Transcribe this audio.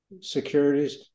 securities